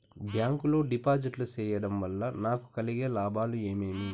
Bank లో డిపాజిట్లు సేయడం వల్ల నాకు కలిగే లాభాలు ఏమేమి?